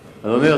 מצוין.